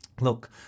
Look